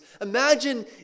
imagine